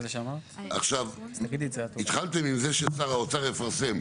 עכשיו, התחלתם עם זה ששר האוצר יפרסם.